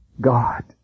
God